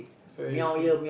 so I think